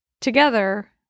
together